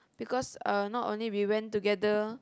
because not only we went together